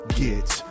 get